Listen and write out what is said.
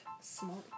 smart